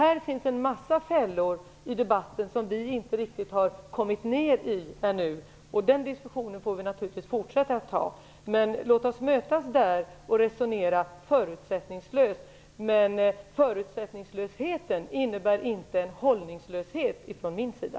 Här finns en massa fällor i debatten som vi inte riktigt har hittat ännu. Vi får naturligtvis fortsätta den diskussionen. Men låt oss mötas där och resonera förutsättningslöst, men förutsättningslösheten innebär inte en hållningslöshet ifrån min sida.